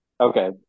Okay